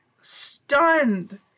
stunned